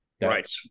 Right